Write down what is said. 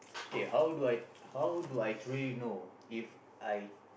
okay how do I how do I truly know If I